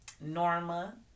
Norma